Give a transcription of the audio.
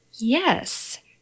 Yes